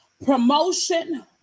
Promotion